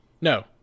no